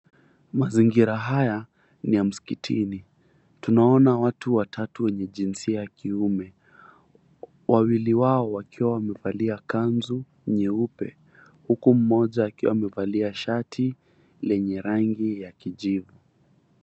Mazingira haya ni ya msikitini. Tunaona watu watatu wenye jinsia ya kiume, wawili wao wakiwa wamevalia kanzu nyeupe huku mmoja akiwa amevalia shati lenye rangi ya kijivu.